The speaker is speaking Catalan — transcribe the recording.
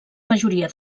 majoria